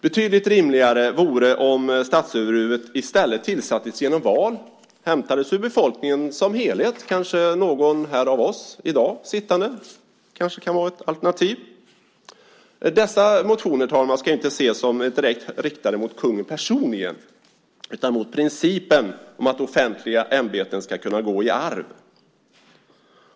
Betydligt rimligare vore det om statsöverhuvudet i stället tillsattes genom val och hämtades ur befolkningen som helhet. Kanske någon av oss som sitter här i dag kan vara ett alternativ. Dessa motioner, fru talman, ska inte ses som direkt riktade mot kungen personligen utan mot principen att offentliga ämbeten ska kunna gå i arv.